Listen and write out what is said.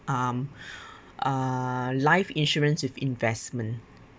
um uh life insurance with investment